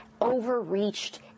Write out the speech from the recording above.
overreached